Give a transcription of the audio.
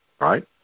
right